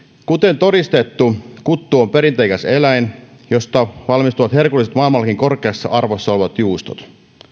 kuten todistettu kuttu on perinteikäs eläin josta valmistuvat herkulliset maailmallakin korkeassa arvossa olevat juustot